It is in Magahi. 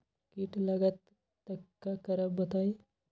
कीट लगत त क करब बताई?